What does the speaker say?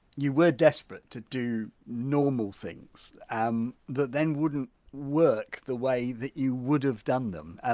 you were desperate to do normal things um that then wouldn't work the way that you would have done them. ah